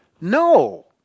No